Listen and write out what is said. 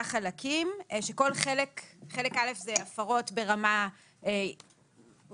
חלקים כאשר חלק א' הוא הפרות ברמה ראשונה.